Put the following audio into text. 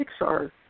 Pixar